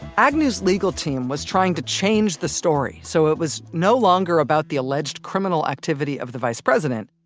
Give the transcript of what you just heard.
agnew's legal team was trying to change the story, so it was no longer about the alleged criminal activity of the vice president,